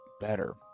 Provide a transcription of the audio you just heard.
better